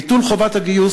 ביטול חובת הגיוס,